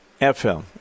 FM